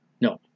No